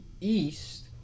east